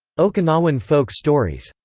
okinawan folk stories.